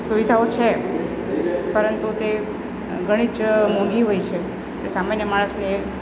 સુવિધાઓ છે પરંતુ તે ઘણી જ મોંઘી હોય છે તે સામાન્ય માણસને